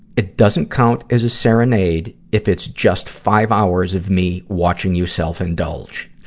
it doesn't count as a serenade if it's just five hours of me watching you self-indulge.